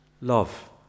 love